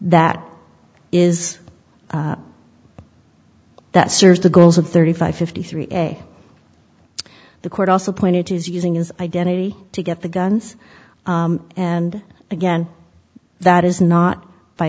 that is that serves the goals of thirty five fifty three day the court also pointed to is using his identity to get the guns and again that is not by